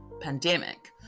pandemic